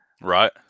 Right